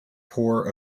poor